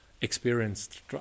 experienced